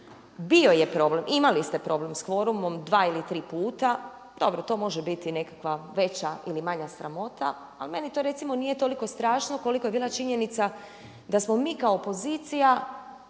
bio je problem, imali ste problem sa kvorumom dva ili tri puta, dobro, to može biti nekakva veća ili manja sramota. Ali meni to recimo nije toliko strašno kolika je bila činjenica da smo mi kao opozicija